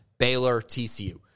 Baylor-TCU